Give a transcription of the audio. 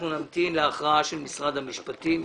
אנחנו נמתין להכרעת משרד המשפטים.